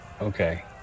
Okay